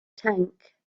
tank